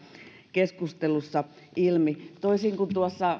keskustelussa ilmi